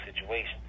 situation